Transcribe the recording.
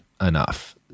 enough